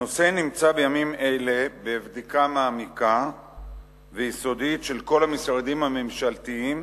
הנושא נמצא בימים אלה בבדיקה מעמיקה ויסודית של כל המשרדים הממשלתיים